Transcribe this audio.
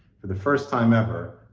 for the first time ever,